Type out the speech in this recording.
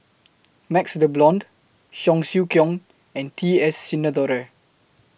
MaxLe Blond Cheong Siew Keong and T S Sinnathuray